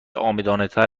عامدانهتر